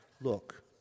Look